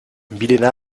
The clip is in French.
milena